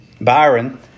Byron